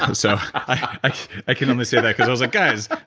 and so i i can only say that because i was like guys,